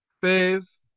Faith